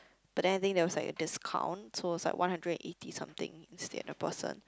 but then I think there was like a discount so it's like one hundred and eighty something instead a person